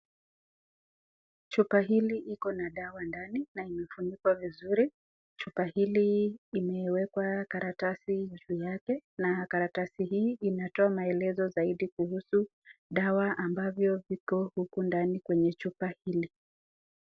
Chupa hili Iko dawa ndani na imefunikwa vizuri, chupa hili imewekwa karatasi juu yake na karatasi inatoa maelezo zaidi kuhusu dawa ambavyo viko huku ndani kwenye chupa hili.